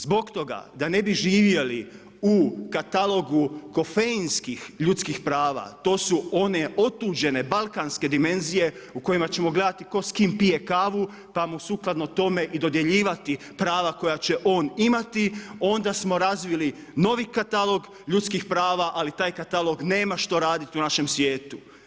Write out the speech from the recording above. Zbog toga da ne bi živjeli u katalogu kofeinskih ljudskih prava, to su one otuđene balkanske dimenzije u kojima ćemo gledati tko s kim pije kavu pa mu sukladno tome i dodjeljivati prava koja će on imati, onda smo razvili novi katalog ljudskih prava ali taj katalog nema što raditi u našem svijetu.